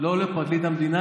לא לפרקליט המדינה.